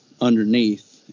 underneath